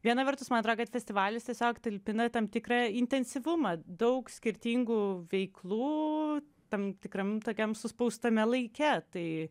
viena vertus man atrodo kad festivalis tiesiog talpina tam tikrą intensyvumą daug skirtingų veiklų tam tikram tokiam suspaustame laike tai